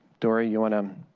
do ah you want to?